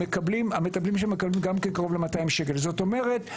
זאת אומרת,